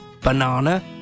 banana